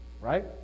Right